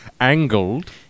angled